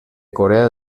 corea